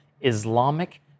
Islamic